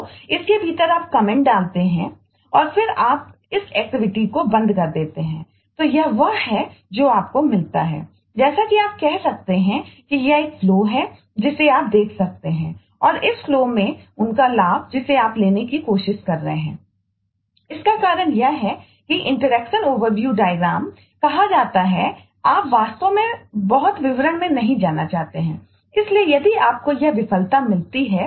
तो इसके भीतर आप कमेंट में है